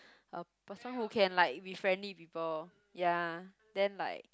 a person who can like be friendly with people ya then like